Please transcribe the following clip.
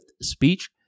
speech